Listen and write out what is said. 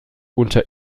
unter